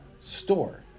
store